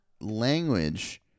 language